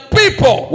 people